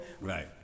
Right